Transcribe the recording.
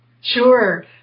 Sure